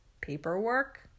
paperwork